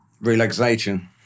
relaxation